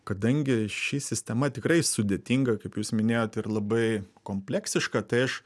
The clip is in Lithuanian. kadangi ši sistema tikrai sudėtinga kaip jūs minėjote ir labai kompleksiška tai aš